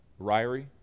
Ryrie